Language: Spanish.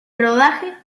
rodaje